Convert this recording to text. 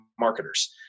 marketers